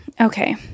Okay